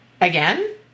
Again